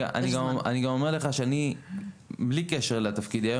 אני גם אומר שאני מבלי קשר לתפקידי היום